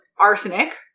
Arsenic